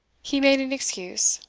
he made an excuse